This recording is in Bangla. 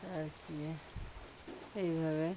আর কি এইভাবে